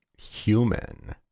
human